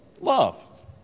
love